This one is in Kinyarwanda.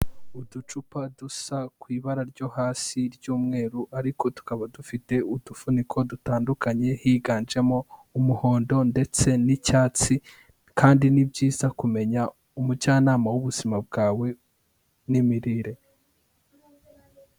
Uducupa dusa ku ibara ryo hasi ry'umweru ariko tukaba dufite udufuniko dutandukanye, higanjemo umuhondo ndetse n'icyatsi, kandi ni byiza kumenya umujyanama w'ubuzima bwawe n'imirire.